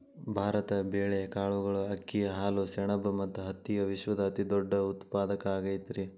ಭಾರತ ಬೇಳೆ, ಕಾಳುಗಳು, ಅಕ್ಕಿ, ಹಾಲು, ಸೆಣಬ ಮತ್ತ ಹತ್ತಿಯ ವಿಶ್ವದ ಅತಿದೊಡ್ಡ ಉತ್ಪಾದಕ ಆಗೈತರಿ